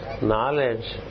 knowledge